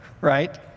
right